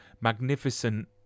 magnificent